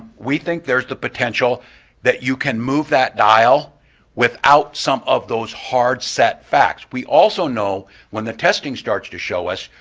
we think there's the potential that you can move that dial without some of those hard-set facts. we also know when the testing starts to show us,